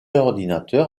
ordinateur